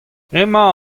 emañ